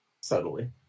subtly